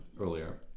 earlier